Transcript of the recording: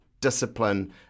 discipline